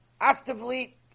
Actively